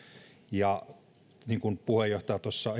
niin kuin puheenjohtaja